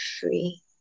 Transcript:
free